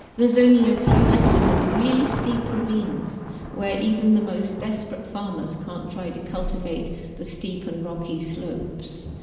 there's only a few left in the really steep ravines where even the most desperate farmers can't try to cultivate the steep and rocky slopes,